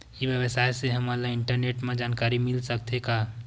ई व्यवसाय से हमन ला इंटरनेट मा जानकारी मिल सकथे का?